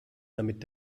damit